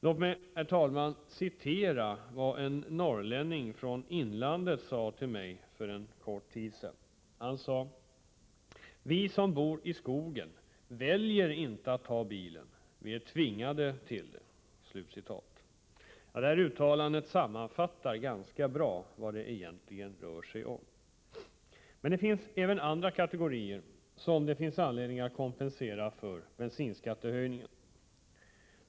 Låt mig, herr talman, citera vad en norrlänning från inlandet sade till mig för en kort tid sedan: ”Vi som bor i skogen väljer inte att ta bilen, vi är tvingade till det.” Detta uttalande sammanfattar ganska bra vad det egentligen rör sig om. Men det finns även andra kategorier som vi har anledning att kompensera för bensinskattehöjningen.